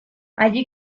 allí